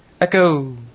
Echo